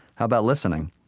how about listening?